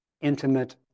intimate